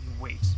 wait